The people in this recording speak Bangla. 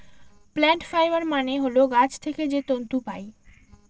প্লান্ট ফাইবার মানে হল গাছ থেকে যে তন্তু পায়